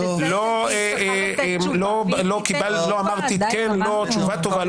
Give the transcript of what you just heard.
לא אמרתי תשובה טובה או